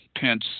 Pence